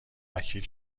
وکیل